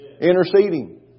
Interceding